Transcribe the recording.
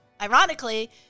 ironically